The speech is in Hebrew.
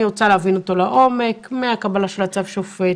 אני רוצה להבין אותו לעומק מהקבלה של צו השופט,